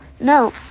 no